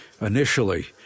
initially